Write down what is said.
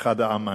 כאחד העם אני.